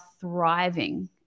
thriving